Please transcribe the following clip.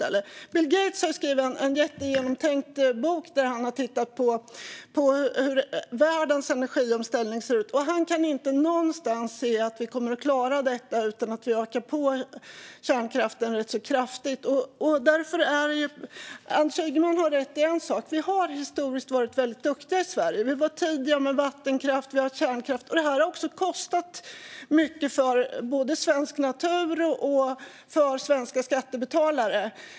Bill Gates har skrivit en jättegenomtänkt bok där han har tittat på hur världens energiomställning ser ut. Han kan inte någonstans se att vi kommer att klara detta utan att vi ökar på kärnkraften rätt kraftigt. Anders Ygeman har rätt om en sak: Vi har historiskt varit väldigt duktiga i Sverige. Vi var tidiga med vattenkraft och kärnkraft. Det här har också kostat mycket för både svensk natur och svenska skattebetalare.